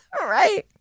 right